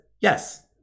yes